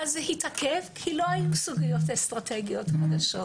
אז זה התעכב כי לא היו סוגיות אסטרטגיות חדשות.